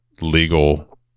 legal